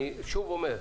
אני שוב אומר,